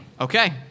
Okay